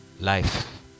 life